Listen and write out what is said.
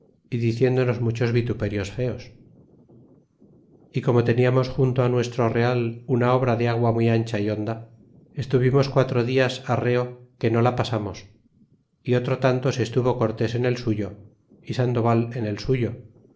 y diciéndonos muchos vituperios feos y como teniamos junto nuestro real una obra de agua muy ancha y honda estuvimos quatro días arreo que no la pasamos y otro tanto se estuvo cortés en el suyo y sandoval en el suyo